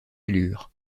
allure